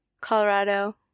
Colorado